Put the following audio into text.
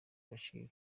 agaciro